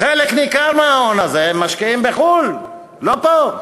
חלק ניכר מההון הזה משקיעים בחו"ל, לא פה.